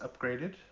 upgraded